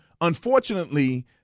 unfortunately